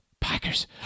Packers